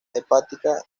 hepática